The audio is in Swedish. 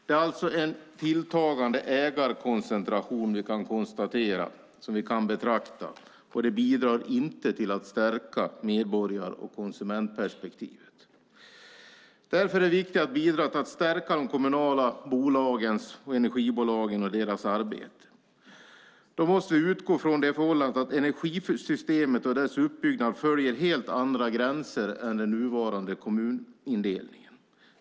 Vi har alltså en tilltagande ägarkoncentration, och det bidrar inte till att stärka medborgar och konsumentperspektivet. Därför är det viktigt att bidra till att stärka de kommunala bolagens och energibolagens arbete. De måste utgå från förhållandet att energisystemet och dess uppbyggnad följer helt andra gränser än den nuvarande kommunindelningen.